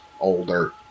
older